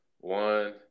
One